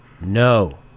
no